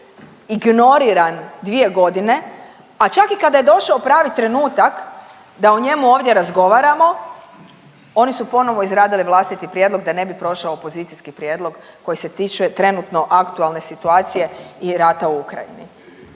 ignoriran dvije godine, a čak i kada je došao pravi trenutak da o njemu ovdje razgovaramo oni su ponovo izradili vlastiti prijedlog da ne bi prošao opozicijski prijedlog koji se tiče trenutno aktualne situacije i rata u Ukrajini.